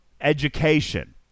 education